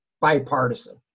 bipartisan